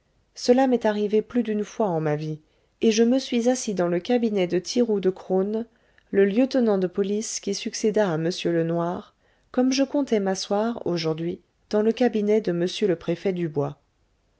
cela m'est arrivé plus d'une fois en ma vie et je me suis assis dans le cabinet de thiroux de crosne le lieutenant de police qui succéda à m lenoir comme je comptais m'asseoir aujourd'hui dans le cabinet de m le préfet dubois